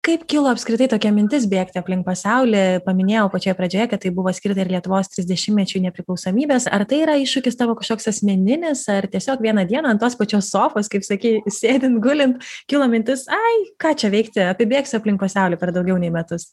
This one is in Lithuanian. kaip kilo apskritai tokia mintis bėgti aplink pasaulį paminėjau pačioje pradžioje kad tai buvo skirta ir lietuvos trisdešimtmečiui nepriklausomybės ar tai yra iššūkis tavo kažkoks asmeninis ar tiesiog vieną dieną ant tos pačios sofos kaip sakei sėdint gulint kilo mintis ai ką čia veikti apibėgsiu aplink pasaulį per daugiau nei metus